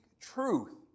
truth